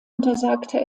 untersagte